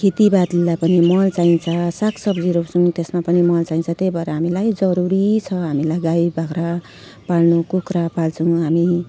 खेती बालीलाई पनि मल चाहिन्छ साग सब्जी रोप्छौँ त्यसमा पनि मल चाहिन्छ त्यही भएर हामीलाई जरुरी छ हामीलाई गाई बाख्रा पाल्नु कुखुरा पाल्छौँ हामी